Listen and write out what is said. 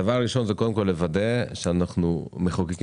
הדבר הראשון הוא קודם כל לוודא שאנחנו מחוקקים